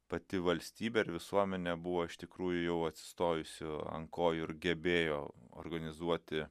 pati valstybė ir visuomenė buvo iš tikrųjų jau atsistojusi ant kojų ir gebėjo organizuoti